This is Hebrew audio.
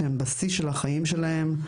שנמצאים בשיא החיים שלהם,